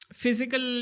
physical